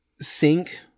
sink